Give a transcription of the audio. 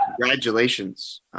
Congratulations